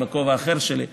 בכובע האחר שלי,